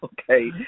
Okay